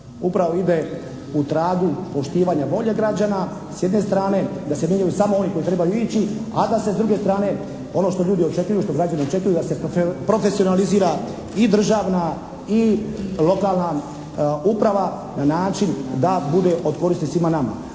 upravo ide u tragu poštivanja volje građana s jedne strane. Da se mijenjaju samo oni koji trebaju ići, a da se s druge strane, ono što ljudi očekuju i što građani očekuju da se profesionalizira i državna i lokalna uprava na način da bude od koristi svima nama.